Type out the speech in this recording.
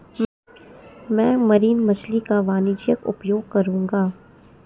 मैं मरीन मछली का वाणिज्यिक उपयोग करूंगा